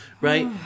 right